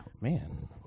Man